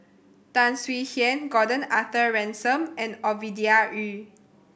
Tan Swie Hian Gordon Arthur Ransome and Ovidia Yu